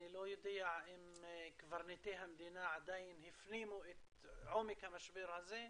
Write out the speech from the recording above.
אני לא יודע אם קברניטי המדינה הפנימו את עומק המשבר הזה,